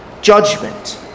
judgment